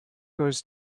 goes